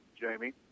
Jamie